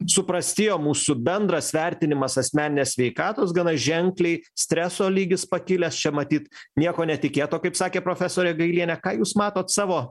suprastėjo mūsų bendras vertinimas asmeninės sveikatos gana ženkliai streso lygis pakilęs čia matyt nieko netikėto kaip sakė profesorė gailienė ką jūs matot savo